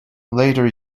later